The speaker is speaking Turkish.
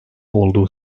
olduğu